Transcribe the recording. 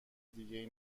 دیگهای